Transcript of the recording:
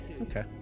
Okay